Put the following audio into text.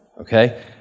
okay